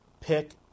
pick